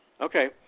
Okay